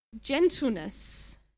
Gentleness